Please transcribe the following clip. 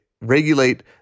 regulate